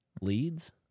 Leads